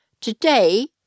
Today